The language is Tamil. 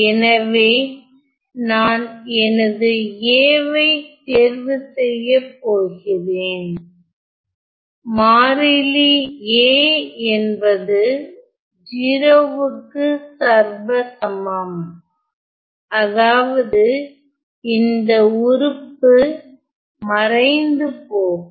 எனவே நான் எனது A வை தேர்வு செய்யப் போகிறேன் மாறிலி A என்பது 0 க்கு சர்வசமம் அதாவது இந்த உறுப்பு மறைந்து போகும்